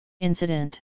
Incident